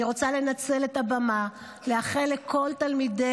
אני רוצה לנצל את הבמה לאחל לכל תלמידי